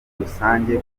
rusange